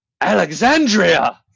alexandria